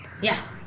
Yes